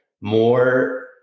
more